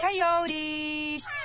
Coyotes